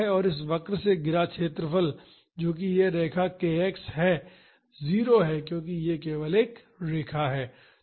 और इस वक्र से घिरा क्षेत्र जो कि यह रेखा k x है 0 है क्योंकि यह केवल एक रेखा है